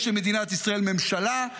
יש למדינת ישראל ממשלה,